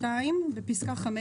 בפסקה (5),